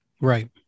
Right